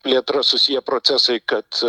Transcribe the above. plėtra susiję procesai kad